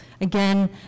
again